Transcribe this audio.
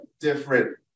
different